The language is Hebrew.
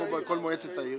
ועדה --- מועצת העיר,